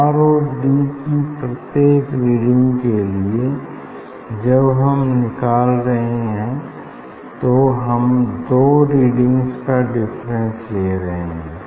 are और D की प्रत्येक रीडिंग के लिए जब हम निकाल रहे हैं तो हम दो रीडिंग्स का डिफरेंस लें रहे हैं